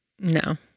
No